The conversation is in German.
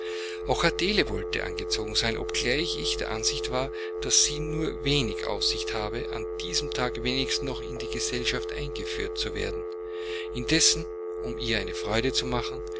auch adele wollte angezogen sein obgleich ich der ansicht war daß sie nur wenig aussicht habe an diesem tage wenigstens noch in die gesellschaft eingeführt zu werden indessen um ihr eine freude zu machen